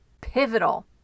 pivotal